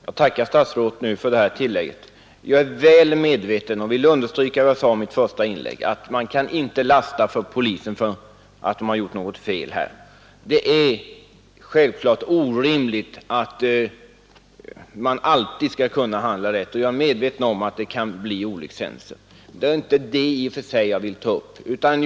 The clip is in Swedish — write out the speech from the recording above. Herr talman! Jag tackar statsrådet för detta tillägg. Jag är väl medveten om, och det sade jag i mitt första inlägg, att man inte kan lasta polisen för något fel i detta fall. Givetvis är det omöjligt att alltid handla rätt, och jag är medveten om att olyckor kan inträffa. Det är heller inte i och för sig den saken jag har velat påtala.